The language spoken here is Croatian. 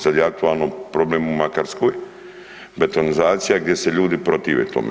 Sad je aktualno, problem u Makarskoj, betonizacija gdje se ljudi protive tome.